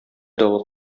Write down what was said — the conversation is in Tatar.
давыл